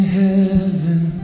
heaven